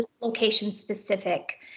location-specific